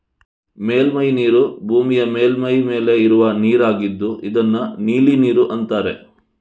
ಮೇಲ್ಮೈ ನೀರು ಭೂಮಿಯ ಮೇಲ್ಮೈ ಮೇಲೆ ಇರುವ ನೀರಾಗಿದ್ದು ಇದನ್ನ ನೀಲಿ ನೀರು ಅಂತಾರೆ